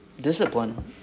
discipline